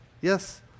yes